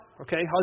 Okay